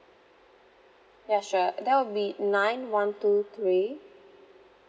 ya sure that would be nine one two three